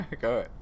Go